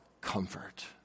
comfort